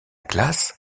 classe